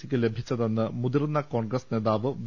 സിക്ക് ലഭിച്ചതെന്ന് മുതിർന്ന കോൺഗ്രസ് നേതാവ് വി